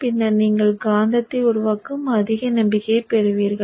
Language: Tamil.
பின்னர் நீங்கள் காந்தத்தை உருவாக்கும் அதிக நம்பிக்கையைப் பெறுவீர்கள்